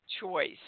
choice